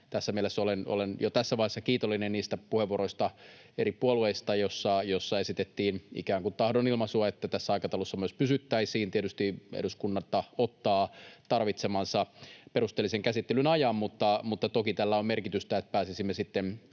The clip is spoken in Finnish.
olen jo tässä vaiheessa kiitollinen niistä puheenvuoroista eri puolueista, joissa esitettiin ikään kuin tahdonilmaisua, että tässä aikataulussa myös pysyttäisiin. Tietysti eduskunta ottaa tarvitsemansa perusteellisen käsittelyn ajan, mutta toki tällä on merkitystä, että pääsisimme